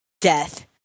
death